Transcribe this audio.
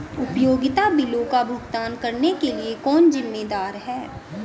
उपयोगिता बिलों का भुगतान करने के लिए कौन जिम्मेदार है?